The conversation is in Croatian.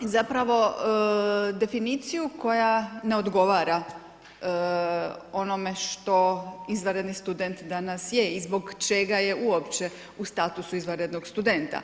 i zapravo definiciju koja ne odgovara onome što izvanredni student danas je i zbog čega je uopće u statusu izvanrednog studenta.